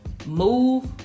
move